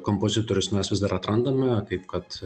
kompozitorius mes vis dar atrandame kaip kad